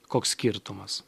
koks skirtumas